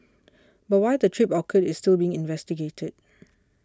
but why the trip occurred is still being investigated